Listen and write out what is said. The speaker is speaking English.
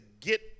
get